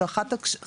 זה אחד הקשיים.